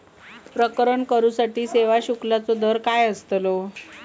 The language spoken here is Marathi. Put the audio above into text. प्रकरण करूसाठी सेवा शुल्काचो दर काय अस्तलो?